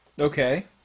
Okay